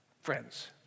friends